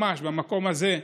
ממש במקום הזה,